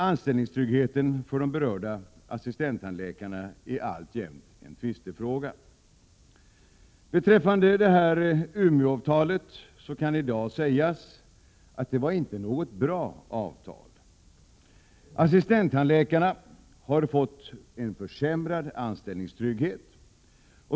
Anställningstryggheten för de berörda assistenttandläkarna är alltjämt en tvistefråga. Beträffande Umeåavtalet kan i dag sägas att det inte var något bra avtal. Assistenttandläkarna har fått en försämrad anställningstrygghet.